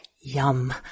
Yum